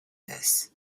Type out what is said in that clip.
this